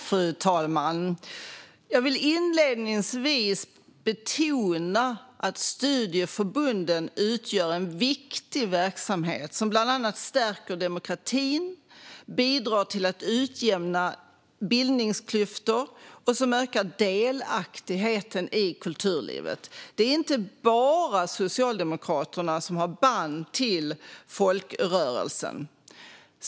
Fru talman! Jag vill inledningsvis betona att studieförbunden utgör en viktig verksamhet som bland annat stärker demokratin, bidrar till att utjämna bildningsklyftor och ökar delaktigheten i kulturlivet. Det är inte bara Socialdemokraterna som har band till folkrörelsen.